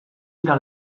dira